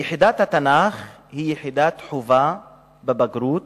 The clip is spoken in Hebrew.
יחידת התנ"ך היא יחידת חובה בבגרות,